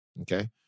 Okay